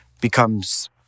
becomes